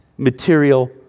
Material